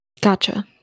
Gotcha